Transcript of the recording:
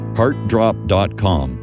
heartdrop.com